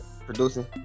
Producing